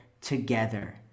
together